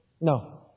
No